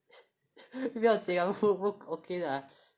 不要这样 okay 的 lah